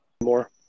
more